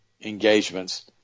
engagements